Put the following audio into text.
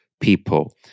people